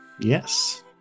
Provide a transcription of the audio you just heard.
Yes